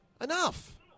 enough